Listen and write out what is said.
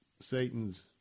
Satan's